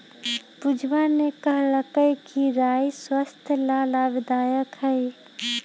पूजवा ने कहल कई कि राई स्वस्थ्य ला लाभदायक हई